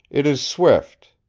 it is swift.